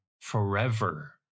forever